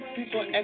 People